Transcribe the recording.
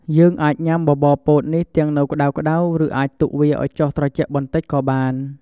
យើងអាចញ៉ាំបបរពោតនេះទាំងនៅក្ដៅៗ ឬអាចទុកវាឱ្យចុះត្រជាក់បន្តិចក៏បាន។